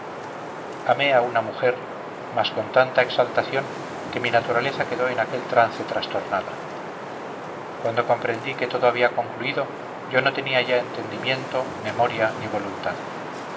amé a una mujer mas con tanta exaltación que mi naturaleza quedó en aquel trance trastornada cuando comprendí que todo había concluido yo no tenía ya entendimiento memoria ni voluntad